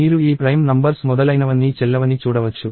మీరు ఈ prime numbers మొదలైనవన్నీ చెల్లవని చూడవచ్చు